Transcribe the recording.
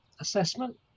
assessment